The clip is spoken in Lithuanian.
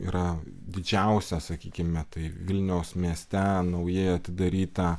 yra didžiausia sakykime taip vilniaus mieste naujai atidaryta